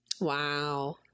wow